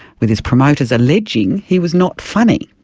with his promoters alleging he was not funny.